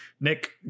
Nick